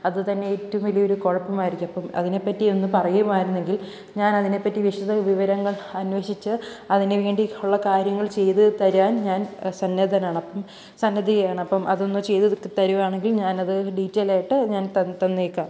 അതുതന്നെ ഏറ്റവും വലിയ ഒരു കുഴപ്പമായിരിക്കും അപ്പം അതിനെ പറ്റി ഒന്ന് പറയുകയായിരുന്നെങ്കിൽ ഞാൻ അതിനെ പറ്റി വിശധ വിവരങ്ങൾ അന്വേഷിച്ചു അതിനുവേണ്ടിയുള്ള കാര്യങ്ങൾ ചെയ്തു തരാൻ ഞാൻ സന്നദ്ധനാണ് അപ്പം സന്നധിയാണ് അപ്പം അതൊന്ന് ചെയ്തു തീർത്ത് തരികയാണെങ്കിൽ ഞാൻ അത് ഡീറ്റൈൽഡ് ആയിട്ട് ഞാൻ തന്നേക്കാം